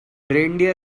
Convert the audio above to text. reindeer